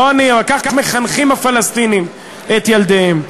לא אני, אבל כך מחנכים הפלסטינים את ילדיהם.